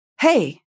hey